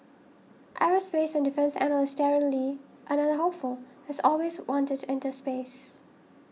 aerospace and defence analyst Darren Lee another hopeful has always wanted to enter space